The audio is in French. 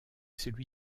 celui